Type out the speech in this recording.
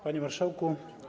Panie Marszałku!